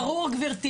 ברור גברתי,